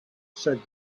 said